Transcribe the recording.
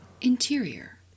interior